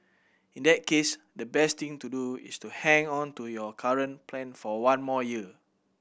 in that case the best thing to do is to hang on to your current plan for one more year